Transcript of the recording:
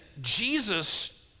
Jesus